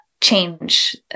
change